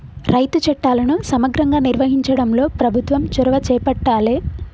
రైతు చట్టాలను సమగ్రంగా నిర్వహించడంలో ప్రభుత్వం చొరవ చేపట్టాలె